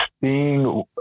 seeing